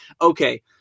okay